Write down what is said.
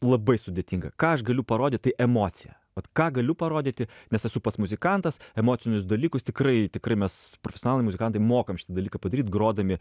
labai sudėtinga ką aš galiu parodyt tai emociją vat ką galiu parodyti nes esu pats muzikantas emocinius dalykus tikrai tikrai mes profesionalai muzikantai mokam šitą dalyką padaryt grodami